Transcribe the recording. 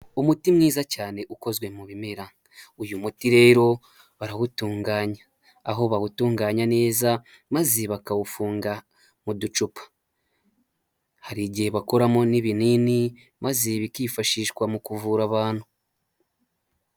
Umuti mwiza cyane ukozwe mu bimera, uyu muti rero barawutunganya, aho bawutunganya neza maze bakawufunga mu ducupa, hari igihe bawukoramo n'ibinini maze bikifashishwa mu kuvura abantu.